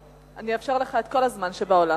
אני אאפשר לך את כל הזמן שבעולם.